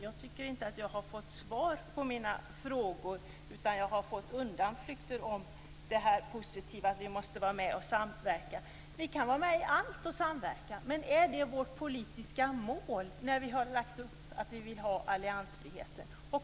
Jag tycker inte att jag har fått svar på mina frågor, utan jag har fått undanflykter i form av det positiva i att vi måste vara med och samverka. Vi kan vara med och samverka överallt. Men är det vårt politiska mål när vi har beslutat om alliansfrihet?